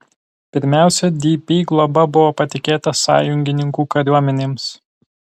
pirmiausia dp globa buvo patikėta sąjungininkų kariuomenėms